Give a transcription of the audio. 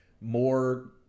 more